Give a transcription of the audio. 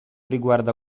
riguarda